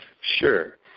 sure